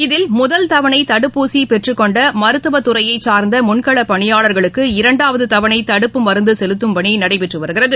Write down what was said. இதில் முதல் தவணை தடுப்பூசி பெற்றுக் கொண்ட மருத்துவ துறையைச் சாா்ந்த முன்களப் பணியாளர்களுக்கு இரண்டாவது தவணை தடுப்பு மருந்து செலுத்தும் பணி நடைபெற்று வருகிறது